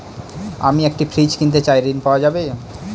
আমি একটি ফ্রিজ কিনতে চাই ঝণ পাওয়া যাবে?